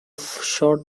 short